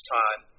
time